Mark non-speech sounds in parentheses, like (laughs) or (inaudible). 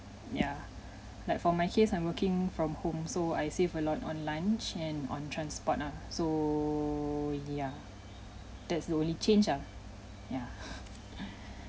yeah like for my case I'm working from home so I save a lot on lunch and on transport ah so yeah that's the only change ah yeah (laughs)